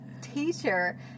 teacher